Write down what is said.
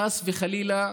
חס וחלילה,